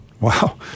Wow